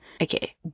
okay